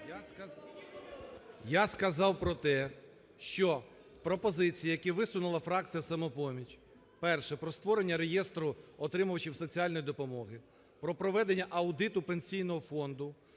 Я сказав про те, що пропозиції, які висунула фракція "Самопоміч", перше, про створення реєстру отримувачів соціальної допомоги, про проведення аудиту Пенсійного фонду,